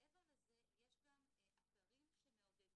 מעבר לזה, יש גם אתרים שמעודדים